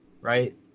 right